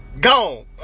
gone